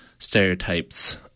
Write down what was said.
stereotypes